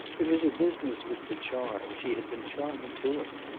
because her business was to charm, she had been charming to him.